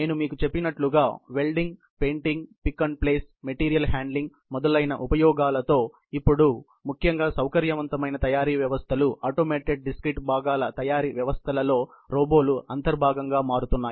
నేను మీకు చెప్పినట్లుగా welding painting pick and place material handling మొదలయిన ఉపయోగాలతో ఇప్పుడు ఆటోమేటెడ్ డిస్క్రిట్ భాగాల తయారీ వ్యవస్థలలో ముఖ్యంగా సౌకర్యవంతమైన తయారీ వ్యవస్థలు రోబోలు అంతర్భాగంగా మారుతున్నాయి